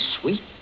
sweet